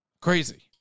crazy